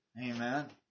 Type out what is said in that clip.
Amen